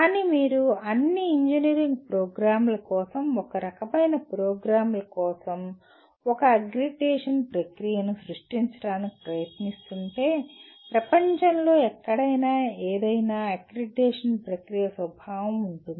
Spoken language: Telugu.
కానీ మీరు అన్ని ఇంజనీరింగ్ ప్రోగ్రామ్ల కోసం ఒక రకమైన ప్రోగ్రామ్ల కోసం ఒక అక్రిడిటేషన్ ప్రక్రియను సృష్టించడానికి ప్రయత్నిస్తుంటే ప్రపంచంలో ఎక్కడైనా ఏదైనా అక్రిడిటేషన్ ప్రక్రియ యొక్క స్వభావం ఉంటుంది